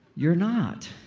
you're not.